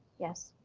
yes.